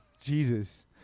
Jesus